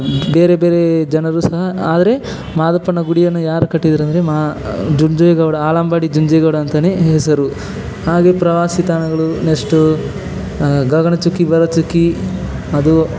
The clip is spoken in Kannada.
ಬೇರೆ ಬೇರೆ ಜನರು ಸಹ ಆದರೆ ಮಾದಪ್ಪನ ಗುಡಿಯನ್ನು ಯಾರು ಕಟ್ಟಿದರಂದರೆ ಮಾ ಜುಂಜೆ ಗೌಡ ಆಳಂಬಾಡಿ ಜುಂಜೆ ಗೌಡ ಅಂತಾನೇ ಹೆಸರು ಹಾಗೆ ಪ್ರವಾಸಿ ತಾಣಗಳು ನೆಕ್ಸ್ಟು ಗಗನಚುಕ್ಕಿ ಭರಚುಕ್ಕಿ ಅದು